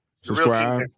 Subscribe